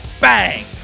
Bang